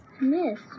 Miss